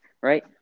right